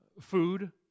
food